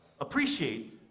appreciate